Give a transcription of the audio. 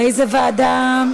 לאיזו ועדה?